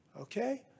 okay